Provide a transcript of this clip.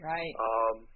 Right